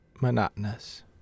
monotonous